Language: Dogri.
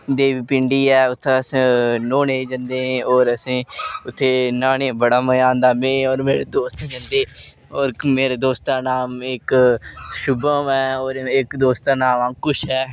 देवी पिंडी ऐ उत्थै अस न्हौने गी जंदे और असें गी उत्थै न्हाने गी बड़ा मजा औंदा में और मेरे दोस्त जंदे और मेरे दोस्त दा नाम इक शुभम ऐ और इक दोस्त दा नां अंकुश ऐ